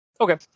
okay